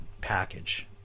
package